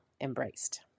embraced